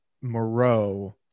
Moreau